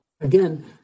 Again